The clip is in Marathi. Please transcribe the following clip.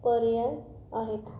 पर्याय आहेत